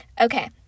Okay